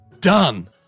done